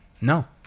No